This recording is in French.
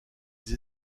des